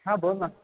हां बोल ना